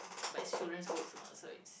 but it's children's book lah so it's